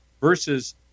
versus